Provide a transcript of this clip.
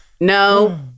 no